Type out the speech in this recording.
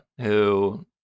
who-